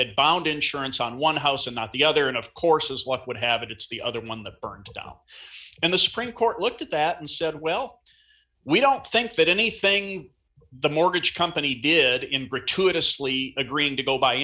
had bond insurance on one house and not the other and of course as luck would have it it's the other one the burned down and the supreme court looked at that and said well we don't think that anything the mortgage company did in gratuitously agreeing to go b